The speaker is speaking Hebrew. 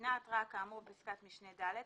ניתנה התראה כאמור בפסקת משנה (ד),